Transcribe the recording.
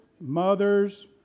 mothers